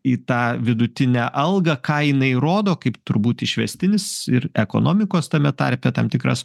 į tą vidutinę algą ką jinai rodo kaip turbūt išvestinis ir ekonomikos tame tarpe tam tikras